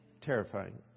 terrifying